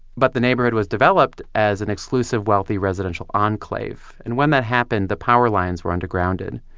but the neighborhood was developed as an exclusive wealthy residential enclave and when that happened, the power lines were undergrounded.